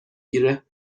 گیره